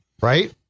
right